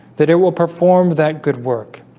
that it will perform that good work